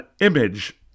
image